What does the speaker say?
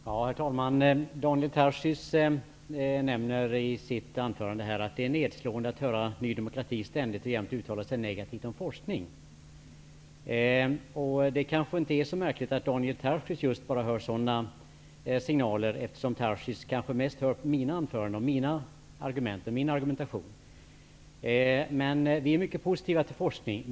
Herr talman! Daniel Tarschys nämner i sitt anförande att det är nedslående att höra Ny demokrati ständigt och jämt uttala sig negativt om forskning. Det är kanske inte så märkligt att Daniel Tarschys hör sådana signaler, eftersom Tarschys mest har hört mina anföranden och argument. Vi i Ny demokrati är mycket positiva till forskning.